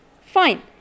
fine